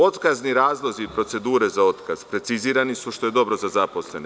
Otkazni razlozi i procedure za otkaz precizirani su što je dobro za zaposlene.